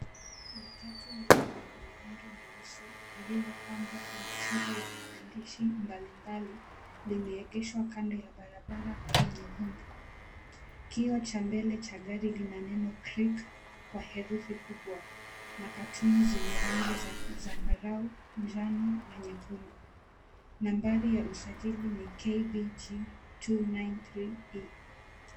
Matatu ndogo lenye rangi nyeusi lililopambwa kwa michoro ya maandishi mbalimbali, limeegeshwa kando ya barabara yenye vumbi. Kioo cha mbele cha gari lina neno CREEK kwa herufi kubwa na katuni zenye rangi za zambarau njano na nyekundu. Nambari ya usajili ni KBG 293E.